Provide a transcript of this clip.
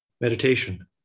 meditation